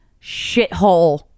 shithole